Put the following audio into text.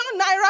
naira